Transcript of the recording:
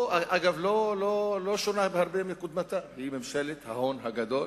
אגב, לא שונה הרבה מקודמתה, היא ממשלת ההון הגדול.